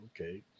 okay